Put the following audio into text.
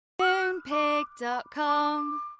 MoonPig.com